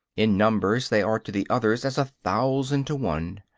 in numbers they are to the others as a thousand to one.